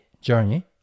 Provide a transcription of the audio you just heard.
journey